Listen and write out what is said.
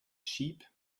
sheep